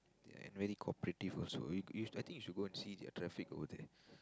and very cooperative also you you I think you should go and see the traffic over there